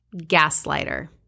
gaslighter